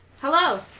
Hello